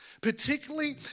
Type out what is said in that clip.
Particularly